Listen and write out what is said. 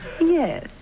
Yes